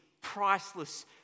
priceless